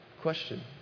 Question